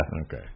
Okay